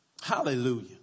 Hallelujah